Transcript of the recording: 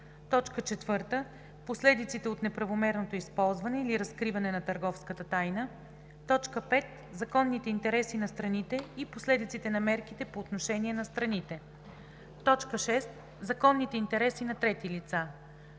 4. последиците от неправомерното използване или разкриване на търговската тайна; 5. законните интереси на страните и последиците на мерките по отношение на страните; 6. законните интереси на трети лица;